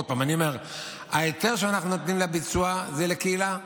עוד פעם אני אומר: ההיתר שאנחנו נותנים לביצוע זה לקהילה.